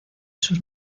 sus